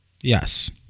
Yes